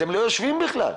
אתם לא יושבים בכלל.